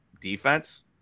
defense